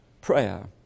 prayer